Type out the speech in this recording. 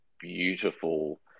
beautiful